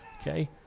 Okay